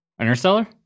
Interstellar